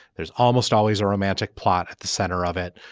there's almost always a romantic plot at the center of it.